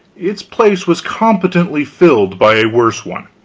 its place was competently filled by a worse one.